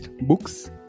books